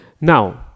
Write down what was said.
now